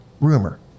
Rumor